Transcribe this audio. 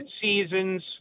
seasons